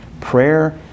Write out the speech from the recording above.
Prayer